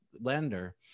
lender